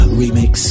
remix